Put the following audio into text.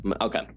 okay